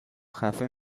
خفه